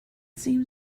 seemed